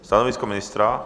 Stanovisko ministra?